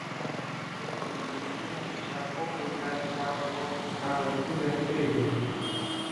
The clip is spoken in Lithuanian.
visą duomenų bylą apie šią kuopą jūs galite gauti vokiečių karo archyve freiburge